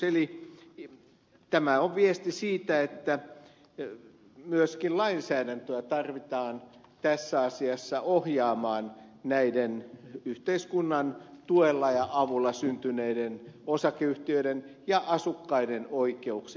eli tämä on viesti siitä että myöskin lainsäädäntöä tarvitaan tässä asiassa ohjaamaan näiden yhteiskunnan tuella ja avulla syntyneiden osakeyhtiöiden ja asukkaiden oikeuksia